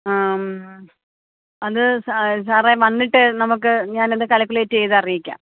അത് സാ സാറേ വന്നിട്ട് നമുക്ക് ഞാനത് കാൽക്കുലേറ്റ് ചെയ്തറിയിക്കാം